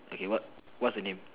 okay what what's the name